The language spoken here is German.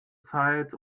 zeit